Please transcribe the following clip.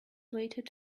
waited